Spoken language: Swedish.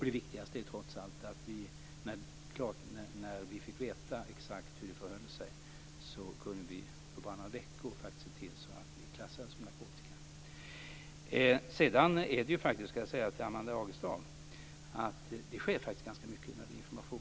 Det viktigaste är trots allt att när vi fick veta hur det exakt förhöll sig kunde vi på bara några veckor klassa ämnet som narkotika. Det sker mycket, Amanda Agestav, i fråga om information.